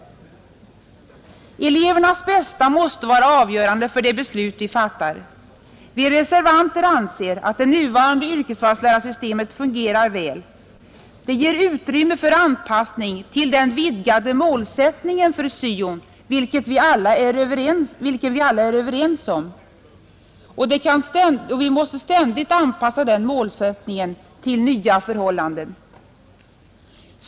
Elevernas bästa måste vara avgörande för det beslut vi fattar. Vi reservanter anser att det nuvarande yrkesvalslärarsystemet fungerar väl, Det ger utrymme för anpassning till den vidgade målsättningen för syo, vilken vi alla är överens om. Vi måste ständigt anpassa den målsättningen till nya förhållanden.